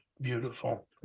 beautiful